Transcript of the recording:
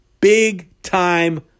big-time